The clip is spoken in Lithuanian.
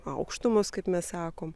aukštumos kaip mes sakom